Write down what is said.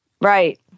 Right